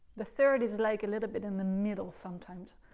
the third is like a little bit in the middle sometimes.